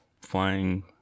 flying